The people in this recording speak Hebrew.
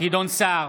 גדעון סער,